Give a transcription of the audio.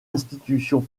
institution